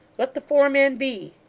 let the four men be